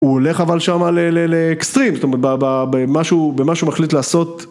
הוא הולך אבל שם לאקסטרים, זאת אומרת במה שהוא מחליט לעשות.